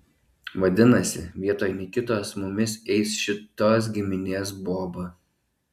vadinasi vietoj nikitos su mumis eis šitos giminės boba